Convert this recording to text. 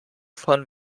von